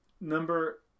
Number